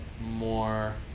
more